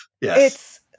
Yes